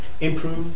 improve